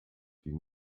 die